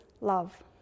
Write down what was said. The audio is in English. love